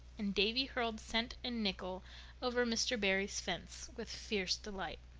and davy hurled cent and nickel over mr. barry's fence with fierce delight.